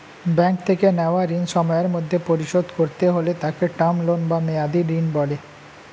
bank থেকে নেওয়া ঋণ সময়ের মধ্যে পরিশোধ করতে হলে তাকে টার্ম লোন বা মেয়াদী ঋণ বলে